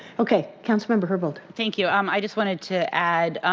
okay, council member herbold? thank you, um i just wanted to add,